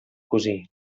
cosí